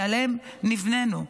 שעליהם נבנינו.